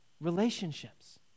relationships